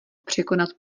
překonat